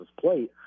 plate